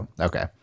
Okay